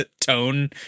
tone